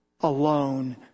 alone